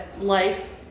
life